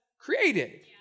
created